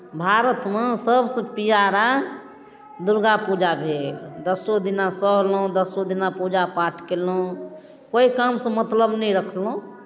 भारतमे सभसँ प्यारा दुर्गा पूजा भेल दसो दिना सहलहुँ दसो दिना पूजा पाठ केलहुँ कोइ कामसँ मतलब नहि रखलहुँ